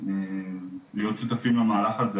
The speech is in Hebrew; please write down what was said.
להיות שותפים למהלך הזה.